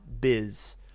biz